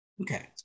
Okay